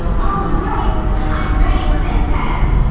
all right! i'm ready for this test!